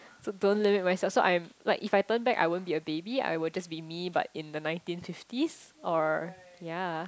so don't limit myself so I'm like if I turn back I won't be a baby I will just be me but in the nineteen fifties or ya